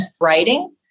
writing